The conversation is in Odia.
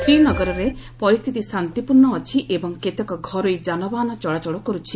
ଶ୍ରୀନଗରରେ ପରିସ୍ଥିତି ଶାନ୍ତିପୂର୍ଷ ଅଛି ଏବଂ କେତେକ ଘରୋଇ ଯାନବାହନ ଚଳାଚଳ କରୁଛି